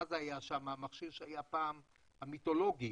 היה פעם מכשיר מיתולוגי,